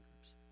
groups